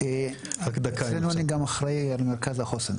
אני גם אחראי על מרכז החוסן.